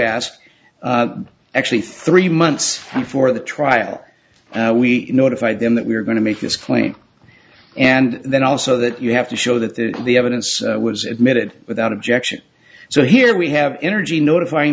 asked actually three months before the trial we notified them that we were going to make this claim and then also that you have to show that the the evidence was admitted without objection so here we have energy notifying